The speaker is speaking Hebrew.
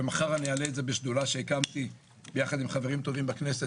ומחר אעלה את זה בשדולה שהקמתי ביחד עם חברים טובים בכנסת,